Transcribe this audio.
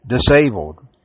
disabled